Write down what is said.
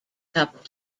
coupled